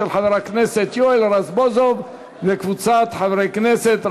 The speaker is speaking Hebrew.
של חבר הכנסת יואל רזבוזוב וקבוצת חברי הכנסת.